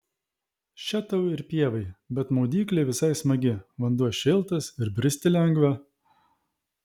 še tau ir pievai bet maudyklė visai smagi vanduo šiltas ir bristi lengva